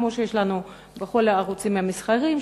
כמו שיש לנו בכל הערוצים המסחריים,